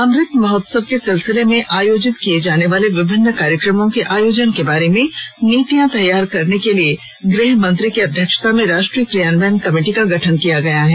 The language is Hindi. अमृत महोत्सव के सिलसिले में आयोजित किये जाने वाले विभिन्न कार्यक्रमों के आयोजन के बारे में नीतियां तैयार करने के लिए गृहमंत्री की अध्यक्षता में राष्ट्रीय क्रियान्वयन कमेटी का गठन किया गया है